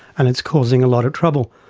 and it's causing a lot of trouble.